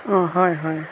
অঁ হয় হয়